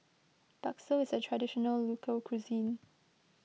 Bakso is a Traditional Local Cuisine